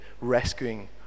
rescuing